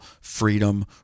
freedom